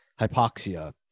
hypoxia